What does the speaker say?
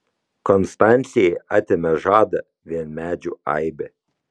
konstancijai atėmė žadą vien medžių aibė